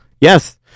yes